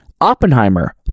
Oppenheimer